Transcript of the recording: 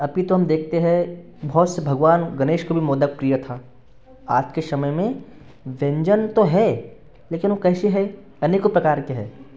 अपितु हम देखते हैं बहुत से भगवान गणेश को भी मोदक प्रिय था आज के समय में व्यंजन तो है लेकिन वो कैसे है अनेकों प्रकार के हैं